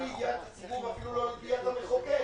לידיעת הציבור ואפילו לא לידיעת המחוקק.